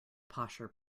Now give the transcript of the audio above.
posher